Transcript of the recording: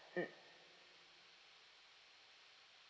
mm